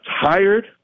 tired